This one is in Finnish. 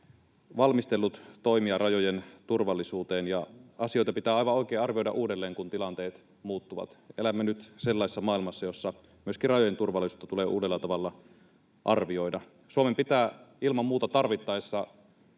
valmistellut toimia rajojen turvallisuuteen, ja asioita pitää aivan oikein arvioida uudelleen, kun tilanteet muuttuvat. Elämme nyt sellaisessa maailmassa, jossa myöskin rajojen turvallisuutta tulee uudella tavalla arvioida. Suomen pitää ilman muuta tarvittaessa